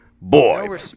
Boy